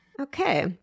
Okay